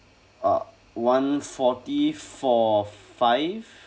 uh one forty four five